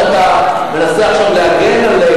שאתה מנסה עכשיו להגן על,